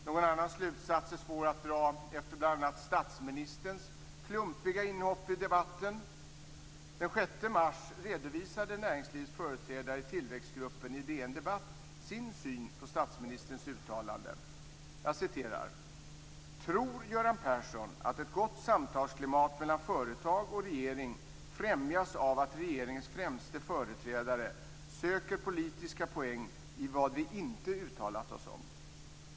Någon annan slutsats är det svårt att dra, efter bl.a. mars redovisade näringslivets företrädare i Tillväxtgruppen i DN Debatt sin syn på statsministerns uttalande: "Tror Göran Persson att ett gott samtalsklimat mellan företag och regering främjas av att regeringens främste företrädare söker politiska poäng i vad vi inte uttalat oss om?